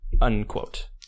Unquote